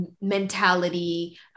mentality